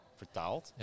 vertaald